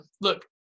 look